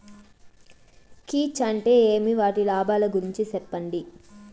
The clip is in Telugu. కీచ్ అంటే ఏమి? వాటి లాభాలు గురించి సెప్పండి?